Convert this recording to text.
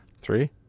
three